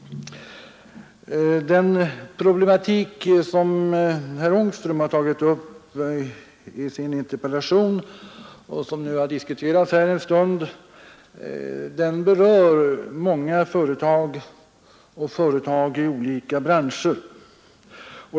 Den problematik, som herr Ångström har tagit upp i sin interpellation och som nu har diskuterats här en stund, berör många företag i olika branscher.